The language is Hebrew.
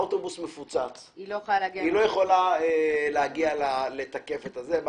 האוטובוס מפוצץ בנוסעים והיא לא יכולה להגיע לתקף את הכרטיס.